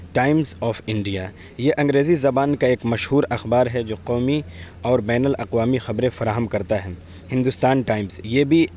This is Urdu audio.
ٹائمس آف انڈیا یہ انگریزی زبان کا ایک مشہور اخبار ہے جو قومی اور بین الاقوامی خبریں فراہم کرتا ہے ہندوستان ٹائمس یہ بھی